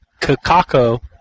Kakako